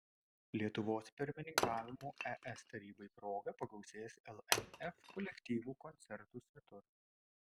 lietuvos pirmininkavimo es tarybai proga pagausės lnf kolektyvų koncertų svetur